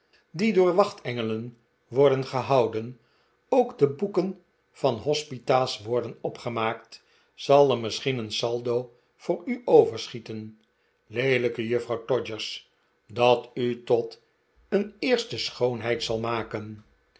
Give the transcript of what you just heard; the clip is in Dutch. die door wachtengelen worden gehouden ook de boeken van hospita's worden opgemaakt zal er misschien een saldo voor u overschieten leelijke juffrouw todgers dat u tot een eerste schoonheid zal maken